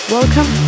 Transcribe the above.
Welcome